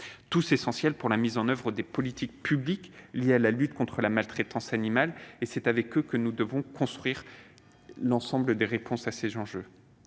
tous essentiels pour la mise en oeuvre des politiques publiques de lutte contre la maltraitance animale. C'est avec eux que nous devons construire l'ensemble des réponses à ces enjeux.